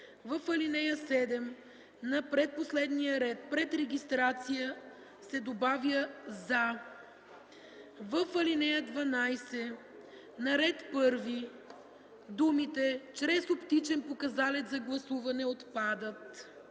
В ал. 7, на предпоследния ред, пред „регистрация” се добавя „за”. В ал. 12 на първия ред думите „чрез оптичен показалец за гласуване” отпадат.